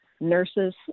nurses